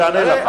הוא יענה לך.